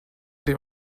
dem